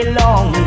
long